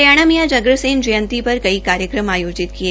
हरियाणा में आज अग्रसेन जयंती पर कई कार्यक्रम आयोजित किए